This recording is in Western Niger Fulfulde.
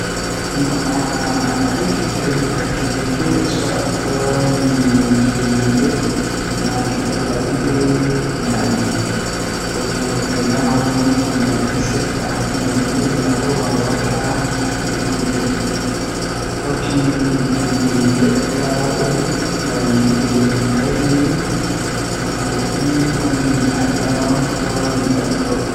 No a ekititta Keke So aɗa waawi yejjude, naatude balɗe ngal. Foti hoɗde laawol ngal e seede, ngal ɓuri aɗa waawataa wi'ude. Foti bimbiɗɗude laawol ngal ndi e kaayri e kuuɓu to ndin aɗa waɗi daɗɗo.